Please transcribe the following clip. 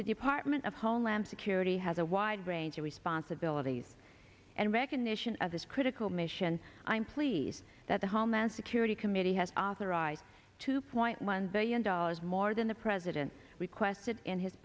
the department of homeland security has a wide range of responsibilities and recognition of this critical mission i'm pleased that the homeland security committee has authorized two point one billion dollars more than the president requested in his